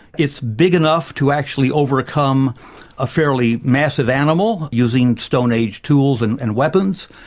it's big enough to actually overcome a fairly massive animal using stone age tools and and weapons,